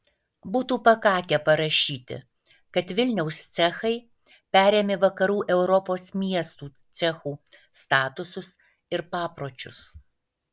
būtų pakakę parašyti kad vilniaus cechai perėmė vakarų europos miestų cechų statusus ir papročius